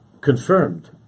confirmed